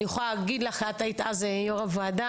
אני יכולה להגיד לך כי את היית אז יו"ר הוועדה,